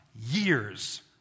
Years